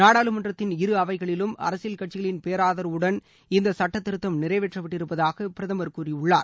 நாடாளுமன்றத்தின் இரு அவைகளிலும் அரசியல் கட்சிகளின் பேராதரவுடன் இந்த சுட்டத்திருத்தம் நிறைவேற்றப்பட்டிருப்பதாக பிரதமர் கூறியுள்ளார்